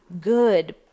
good